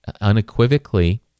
unequivocally